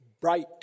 bright